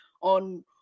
on